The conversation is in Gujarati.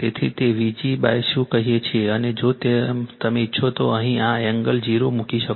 તેથી તે Vg શું કહીએ છીએ અને જો તમે ઇચ્છો તો અહીં આ એંગલ 0 મૂકી શકો છો